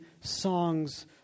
songs